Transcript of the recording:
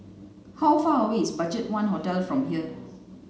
how far away is BudgetOne Hotel from here